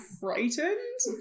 frightened